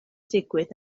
digwydd